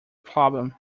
problem